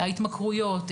ההתמכרויות,